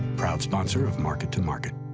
proud sponsor of market to market.